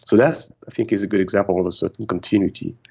so that i think is a good example of a certain continuity.